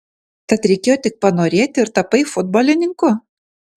tad reikėjo tik panorėti ir tapai futbolininku